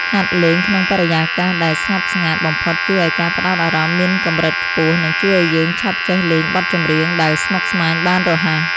ហាត់លេងក្នុងបរិយាកាសដែលស្ងប់ស្ងាត់បំផុតជួយឱ្យការផ្ដោតអារម្មណ៍មានកម្រិតខ្ពស់ និងជួយឱ្យយើងឆាប់ចេះលេងបទចម្រៀងដែលស្មុគស្មាញបានរហ័ស។